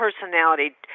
personality